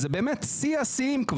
אז זה באמת שיא השיאים.